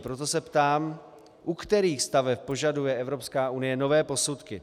Proto se ptám, u kterých staveb požaduje Evropská unie nové posudky.